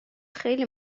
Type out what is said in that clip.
خیلی